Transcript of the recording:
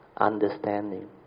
understanding